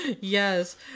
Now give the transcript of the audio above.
Yes